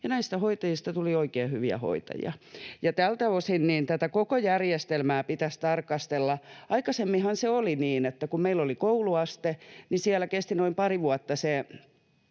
näistä hoitajista tuli oikein hyviä hoitajia. Tältä osin tätä koko järjestelmää pitäisi tarkastella. Aikaisemminhan se oli niin, että kun meillä oli kouluaste, niin siellä kesti noin pari vuotta se